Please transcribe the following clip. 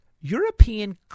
European